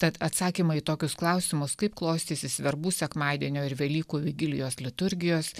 tad atsakymai į tokius klausimus kaip klostysis verbų sekmadienio ir velykų vigilijos liturgijos